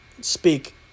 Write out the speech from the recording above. speak